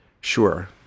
Sure